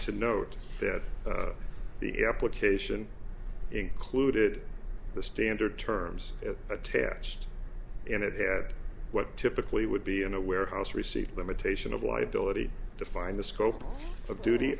to note that the application included the standard terms attached and it had what typically would be in a warehouse receipt limitation of liability defined the scope of